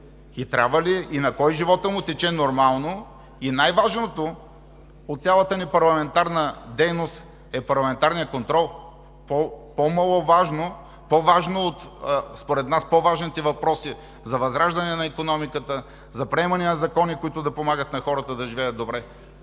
е предвидил? На кой животът му тече нормално? И най-важното от цялата ни парламентарна дейност е парламентарният контрол?! Според нас по-важни са въпросите за възраждане на икономиката, за приемане на закони, които да помагат на хората да живеят добре.